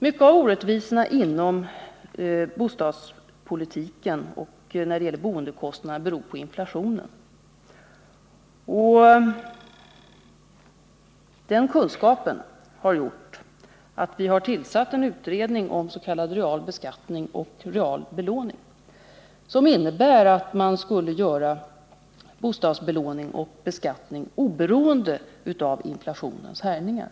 Många av orättvisorna inom bostadspolitiken och när det gäller boendekostnaderna beror på inflationen. Utifrån den kunskapen har vi tillsatt en utredning om s.k. real beskattning och real belåning, som innebär att man skulle göra bostadsbelåning och bostadsbeskattning oberoende av inflationens härjningar.